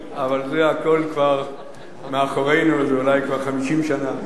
אבל זה הכול כבר מאחורינו, זה אולי כבר 50 שנה.